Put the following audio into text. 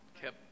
kept